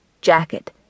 jacket